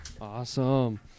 Awesome